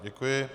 Děkuji.